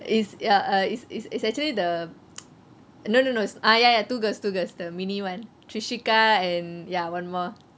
it's it's it's actually the no no no it's ah ya ya two girls two girls the mini one trishika and ya one more